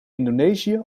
indonesië